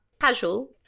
casual